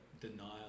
denial